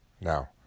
now